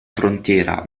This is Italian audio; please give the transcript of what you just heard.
frontiera